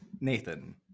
Nathan